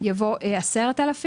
יבוא "10,000".